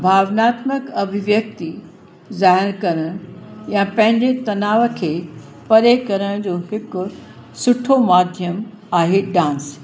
भावनात्मक अभिव्यक्ति ज़ाहिर करण या पंहिंजे तनाउ खे परे करण जो हिकु सुठो माध्यम आहे डांस